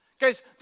Guys